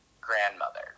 grandmother